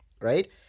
right